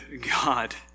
God